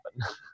happen